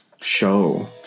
show